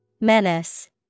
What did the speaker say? Menace